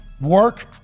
work